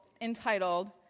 entitled